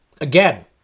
again